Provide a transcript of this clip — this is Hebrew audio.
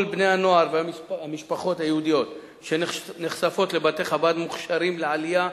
כל בני-הנוער והמשפחות היהודיות שנחשפים לבתי-חב"ד מוכשרים לעלייה,